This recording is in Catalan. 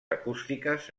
acústiques